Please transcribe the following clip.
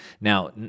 Now